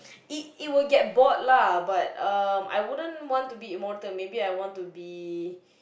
it it will get bored lah but um I wouldn't want to be immortal maybe I want to be